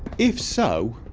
if so